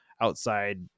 outside